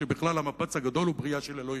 או שבכלל המפץ הגדול הוא בריאה של אלוהים,